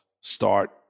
start